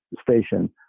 station